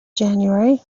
january